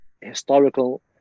historical